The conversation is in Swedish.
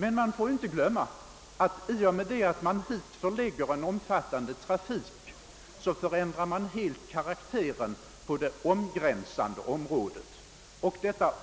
Men man får inte glömma att i och med att man dit förlägger en omfattande trafik så förändras helt karaktären på det angränsande området, och detta